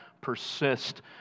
persist